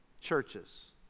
churches